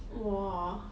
!wah!